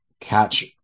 catch